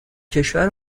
کشور